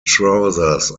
trousers